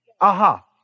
Aha